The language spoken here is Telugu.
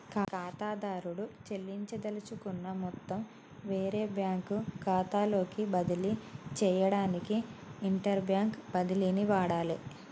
ఖాతాదారుడు చెల్లించదలుచుకున్న మొత్తం వేరే బ్యాంకు ఖాతాలోకి బదిలీ చేయడానికి ఇంటర్బ్యాంక్ బదిలీని వాడాలే